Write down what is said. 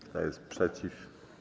Kto jest przeciw?